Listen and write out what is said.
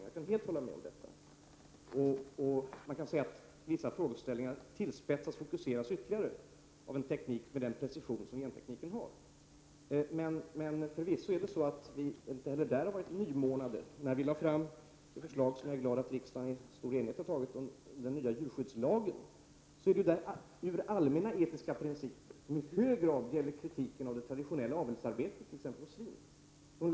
Jag kan helt hålla med om detta, och man kan säga att vissa frågeställningar tillspetsas och fokuseras ytterligare av en teknik med den precision som gentekniken har. Men vi har förvisso inte heller i fråga om detta varit nymornade. När vi lade fram det förslag, som jag är glad att riksdagen i stor enighet antog, om den nya djurskyddslagen skedde det från allmänna etiska principer som i hög grad gäller kritiken av det traditionella avelsarbetet, t.ex. i fråga om svin.